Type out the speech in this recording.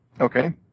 Okay